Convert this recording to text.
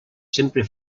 sempre